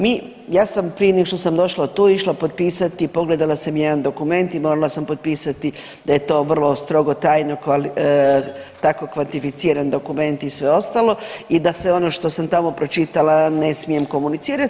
Mi, ja sam prije nego što sam došla tu išla potpisati, pogledala sam jedan dokument i morala sam potpisati da je to vrlo strogo tajno tako kvantificiran dokument i sve ostalo i da sve ono što sam tamo pročitala ne smijem komunicirati.